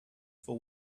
for